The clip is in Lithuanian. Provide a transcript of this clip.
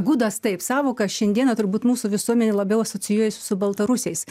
gudas taip sąvoką šiandieną turbūt mūsų visuomenėj labiau asocijuojasi su baltarusiais